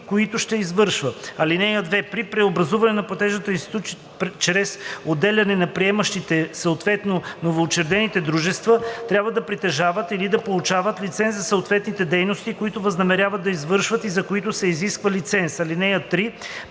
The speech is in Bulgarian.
които ще извършва. (2) При преобразуване на платежна институция чрез отделяне приемащите, съответно новоучредените дружества, трябва да притежават или да получат лиценз за съответните дейности, които възнамеряват да извършват и за които се изисква лиценз. (3)